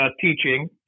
teaching